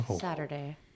Saturday